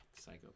psycho